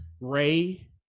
Ray